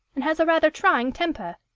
and has a rather trying temper.